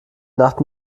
nacht